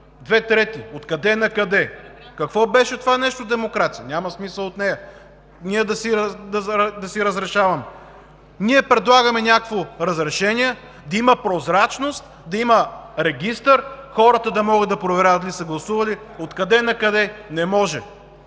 две трети. Откъде накъде?! Какво беше това нещо демокрация?! Няма смисъл от нея! Ние да си разрешаваме. Предлагаме някакво разрешение – да има прозрачност, да има регистър, хората да могат да проверят дали са гласували. Откъде накъде?! Не може!